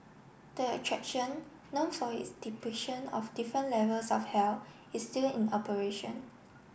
the attraction know for its depiction of different levels of hell is still in operation